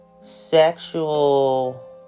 Sexual